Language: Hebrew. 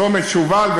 צומת שובל,